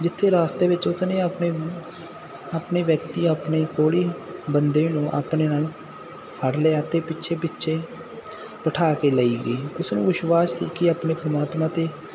ਜਿੱਥੇ ਰਾਸਤੇ ਵਿੱਚ ਉਸਨੇ ਆਪਣੇ ਆਪਣੇ ਵਿਅਕਤੀ ਆਪਣੇ ਕੋਹੜੀ ਬੰਦੇ ਨੂੰ ਆਪਣੇ ਨਾਲ ਫੜ ਲਿਆ ਅਤੇ ਪਿੱਛੇ ਪਿੱਛੇ ਬਿਠਾ ਕੇ ਲਈ ਗਈ ਉਸਨੂੰ ਵਿਸ਼ਵਾਸ ਸੀ ਕਿ ਆਪਣੇ ਪਰਮਾਤਮਾ 'ਤੇ